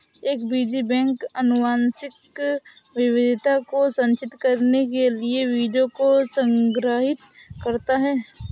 एक बीज बैंक आनुवंशिक विविधता को संरक्षित करने के लिए बीजों को संग्रहीत करता है